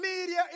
media